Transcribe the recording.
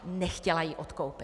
Nechtěla ji odkoupit.